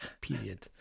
period